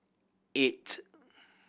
eight